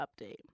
update